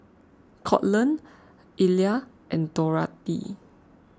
Courtland Illya and Dorathy